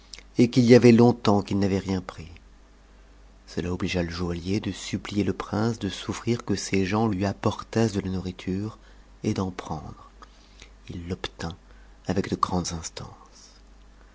et qu'il y avait long temps qu'il n'avait rien pris cela obligea le joaillier de supplier le prince de souffrir que ses gens lui apportassent de la nourriture et d'en pren dre il l'obtint avec de grandes instances